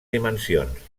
dimensions